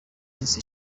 minsi